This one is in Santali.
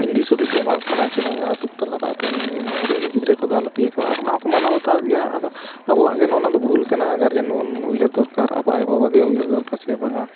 ᱤᱧ ᱫᱤᱥ ᱦᱩᱫᱤᱥᱤᱧ ᱮᱢᱟ ᱠᱚ ᱠᱟᱱᱟ ᱡᱮ ᱵᱟᱝᱟ ᱟᱛᱳ ᱠᱚ ᱴᱟᱞᱟᱨᱮ ᱟᱯᱮ ᱦᱩᱰᱤᱧᱼᱦᱩᱰᱤᱧ ᱜᱤᱫᱽᱨᱟᱹ ᱠᱚᱫᱚ ᱟᱞᱚᱯᱮ ᱤᱭᱟᱹ ᱠᱚᱣᱟ ᱟᱨ ᱚᱱᱟ ᱦᱚᱸᱠᱚ ᱢᱟᱱᱟᱣ ᱵᱟᱛᱟᱣᱮᱫ ᱜᱮᱭᱟ ᱟᱫᱚ ᱟᱵᱚᱣᱟᱜ ᱜᱮ ᱱᱚᱜᱼᱚ ᱱᱚᱣᱟ ᱫᱚ ᱵᱷᱩᱞ ᱠᱟᱱᱟ ᱜᱟᱨᱡᱮᱱ ᱵᱚᱱ ᱩᱭᱦᱟᱹᱨ ᱫᱚᱨᱠᱟᱨ ᱟᱵᱚᱣᱟᱜ ᱟᱭᱳᱼᱵᱟᱵᱟ ᱜᱮ ᱩᱭᱦᱟᱹᱨ ᱫᱚᱨᱠᱟᱨ ᱪᱮ ᱵᱟᱝᱟ